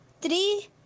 three